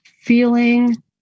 Feeling